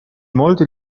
molti